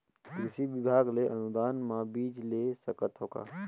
कृषि विभाग ले अनुदान म बीजा ले सकथव का?